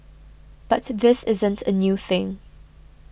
but this isn't a new thing